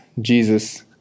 Jesus